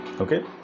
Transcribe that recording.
Okay